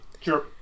Sure